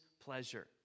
pleasure